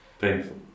painful